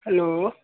hello